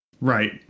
Right